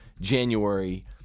January